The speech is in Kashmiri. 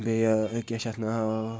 بیٚیہِ کیاہ چھِ اَتھ ناو